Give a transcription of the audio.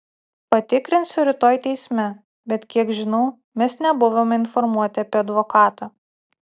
patikrinsiu rytoj teisme bet kiek žinau mes nebuvome informuoti apie advokatą